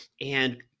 and-